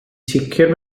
sicr